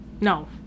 No